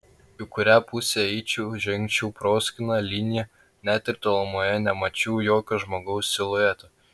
į kurią pusę eičiau žengčiau proskyna linija net ir tolumoje nemačiau jokio žmogaus silueto